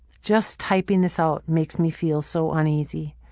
just typing this out makes me feel so uneasy.